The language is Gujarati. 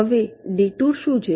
હવે ડિટૂર શું છે